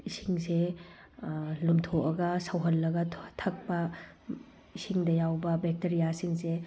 ꯏꯁꯤꯡꯁꯦ ꯂꯨꯝꯊꯣꯛꯒ ꯁꯧꯍꯟꯂꯒ ꯊꯛꯄ ꯏꯁꯤꯡꯗ ꯌꯥꯎꯕ ꯕꯦꯛꯇꯔꯤꯌꯥꯁꯤꯡꯁꯦ